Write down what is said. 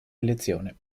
elezione